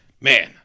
Man